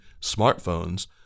smartphones